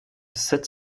sept